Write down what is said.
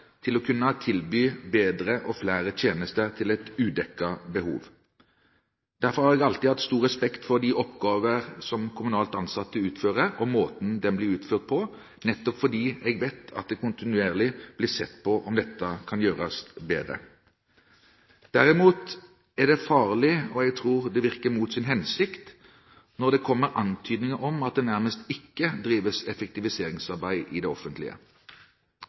til å kunne tilby bedre og flere tjenester til et udekket behov. Jeg har alltid hatt stor respekt for de oppgaver som kommunalt ansatte utfører, og måten de blir utført på, nettopp fordi jeg vet at det kontinuerlig blir sett på om dette kan gjøres bedre. Derimot er det farlig, og jeg tror det virker mot sin hensikt, å komme med antydninger om at det nærmest ikke drives effektiviseringsarbeid i det offentlige.